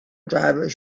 drivers